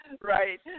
right